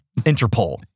Interpol